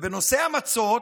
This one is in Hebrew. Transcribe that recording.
בנושא המצות,